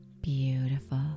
Beautiful